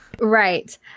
Right